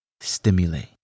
stimulate